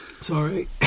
Sorry